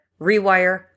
rewire